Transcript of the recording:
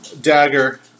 dagger